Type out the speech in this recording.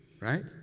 right